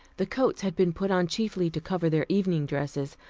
the coats had been put on chiefly to cover their evening dresses,